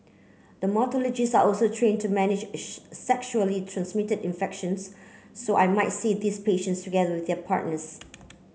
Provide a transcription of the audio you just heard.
dermatologists are also train to manage sexually transmitted infections so I might see these patients together with their partners